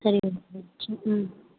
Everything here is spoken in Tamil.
சரிங்க மேம் ம்